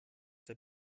der